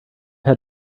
had